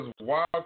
Wild